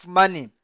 money